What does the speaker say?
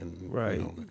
Right